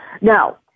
Now